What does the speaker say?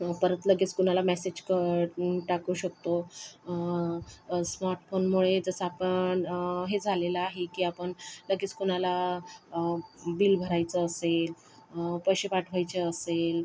परत लगेच कोणाला मॅसेज टाकू शकतो स्मार्टफोनमुळे जसं आता हे झालेलं आहे की आपण लगेच कुणाला बिल भरायचं असेल पैसे पाठवायचे असेल